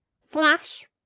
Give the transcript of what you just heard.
slash